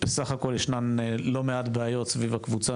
בסך הכל ישנן לא מעט בעיות סביב הקבוצה